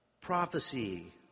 prophecy